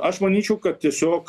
aš manyčiau kad tiesiog